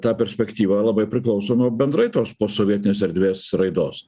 ta perspektyva labai priklauso nuo bendrai tos posovietinės erdvės raidos